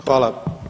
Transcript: Hvala.